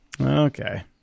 Okay